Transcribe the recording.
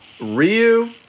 Ryu